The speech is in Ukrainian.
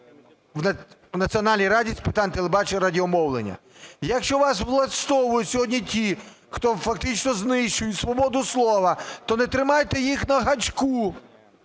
в Національній раді з питань телебачення і радіомовлення. Якщо вас влаштовують сьогодні ті, хто фактично знищують свободу слова, то не тримайте їх на гачку,